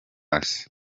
hasi